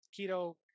Keto